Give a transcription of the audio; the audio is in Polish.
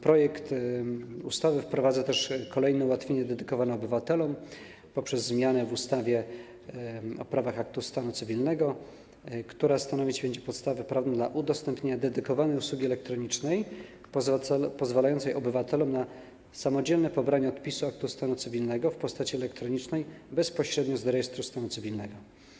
Projekt ustawy wprowadza też kolejne ułatwienie dedykowane obywatelom poprzez zmianę w ustawie o prawach aktu stanu cywilnego, która będzie stanowić podstawę prawną dla udostępnienia dedykowanej usługi elektronicznej pozwalającej obywatelom na samodzielne pobranie odpisu aktu stanu cywilnego w postaci elektronicznej bezpośrednio z rejestru stanu cywilnego.